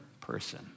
person